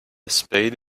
spade